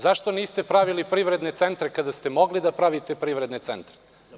Zašto niste pravili privredne centre kada ste mogli da pravite privredne centre?